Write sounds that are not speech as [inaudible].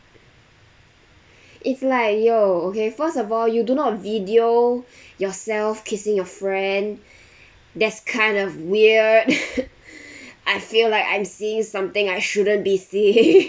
it's like yo okay first of all you do not video yourself kissing your friend that's kind of weird [laughs] I feel like I'm seeing something I shouldn't be seeing [laughs]